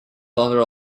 under